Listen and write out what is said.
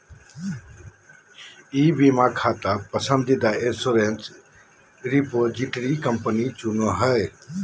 ई बीमा खाता पसंदीदा इंश्योरेंस रिपोजिटरी कंपनी चुनो हइ